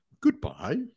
goodbye